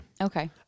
okay